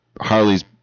Harley's